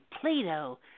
Plato